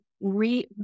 re